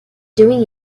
doing